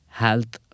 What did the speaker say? health